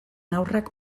haurrak